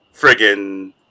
friggin